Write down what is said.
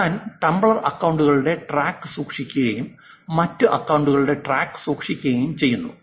ഞാൻ ടംബ്ലർ അക്കൌണ്ടുകളുടെ ട്രാക്ക് സൂക്ഷിക്കുകയും മറ്റ് അക്കൌണ്ടുകളുടെ ട്രാക്ക് സൂക്ഷിക്കുകയും ചെയ്യുന്നു